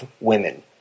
women